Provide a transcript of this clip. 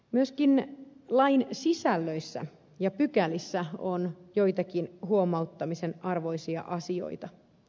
myöskin lain sisällössä ja pykälissä on joitakin huomauttamisen arvoisia asioita